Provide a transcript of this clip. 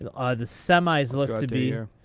the ah the semis looked to be. ah